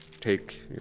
take